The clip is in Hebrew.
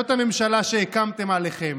זאת הממשלה שהקמתם עליכם,